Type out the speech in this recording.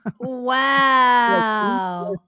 wow